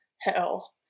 hell